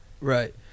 Right